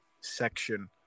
section